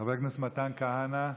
חבר הכנסת מתן כהנא,